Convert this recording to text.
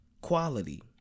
Quality